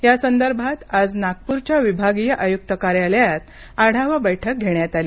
या संदर्भात आज नागपूरच्या विभागीय आयुक्त कार्यालयात आढावा बैठक घेण्यात आली